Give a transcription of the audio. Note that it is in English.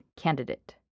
candidate